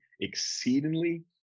exceedingly